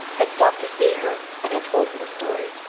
had stopped to see her and had told her the story.